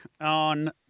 on